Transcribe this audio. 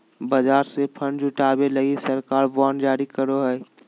बाजार से फण्ड जुटावे लगी सरकार बांड जारी करो हय